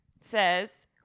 says